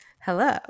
Hello